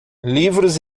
livros